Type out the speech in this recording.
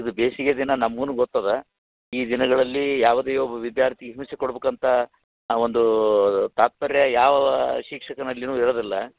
ಇದು ಬೇಸಿಗೆ ದಿನ ನಮ್ಗೂ ಗೊತ್ತದ ಈ ದಿನಗಳಲ್ಲಿ ಯಾವುದೇ ಒಬ್ಬ ವಿದ್ಯಾರ್ಥಿಗೆ ಹಿಂಸೆ ಕೊಡ್ಬೇಕೂಂತ ಆ ಒಂದು ತಾತ್ಪರ್ಯ ಯಾವ ಶಿಕ್ಷಕನಲ್ಲಿಯೂ ಇರೋದಿಲ್ಲ